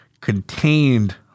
contained